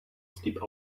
sleep